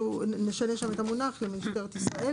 נשנה למשטרת ישראל.